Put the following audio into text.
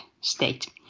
state